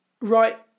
right